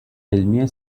علمی